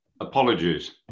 Apologies